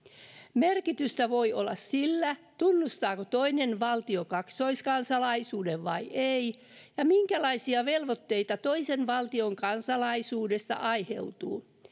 merkitystä voi olla sillä tunnustaako toinen valtio kaksoiskansalaisuuden vai ei ja minkälaisia velvoitteita toisen valtion kansalaisuudesta aiheutuu